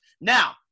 Now